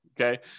Okay